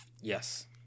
Yes